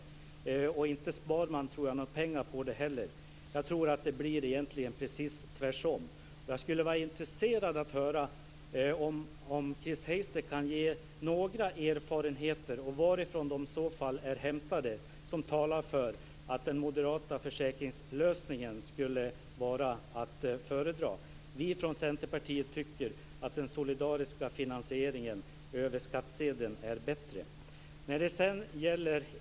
Jag tror inte att man sparar några pengar heller. Det blir egentligen precis tvärtom. Jag skulle vara intresserad av att höra om Chris Heister kan tala om varifrån det finns erfarenheter som talar för att den moderata försäkringslösningen skulle vara att föredra. Vi i Centerpartiet tycker att den solidariska finansieringen över skattsedeln är bättre.